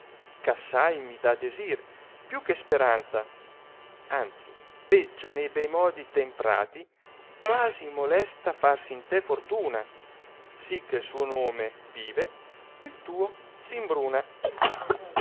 ch'assai mi dà desir più che speranza anzi veggio ne bei modi temprati quasi molesta farsi in te fortuna si che il suo nome vive il tuo s imbruna